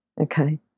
okay